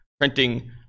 printing